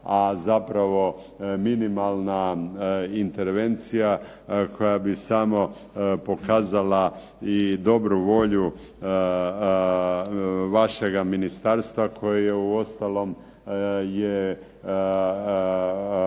a zapravo minimalna intervencija koja bi samo pokazala i dobru volju vašega ministarstva koje je uostalom